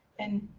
and